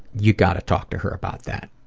you got to talk to her about that.